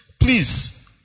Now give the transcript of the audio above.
Please